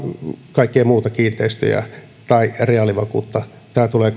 kaikkia muita kiinteistöjä tai reaalivakuutta tämä tulee